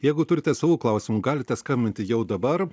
jeigu turite savų klausimų galite skambinti jau dabar